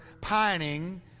pining